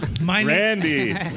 Randy